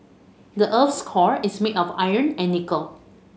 the earth's core is made of iron and nickel